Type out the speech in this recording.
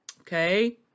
okay